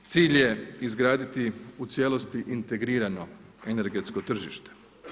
Cilj je izgraditi u cijelosti integrirano energetsko tržište.